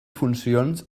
funcions